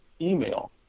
email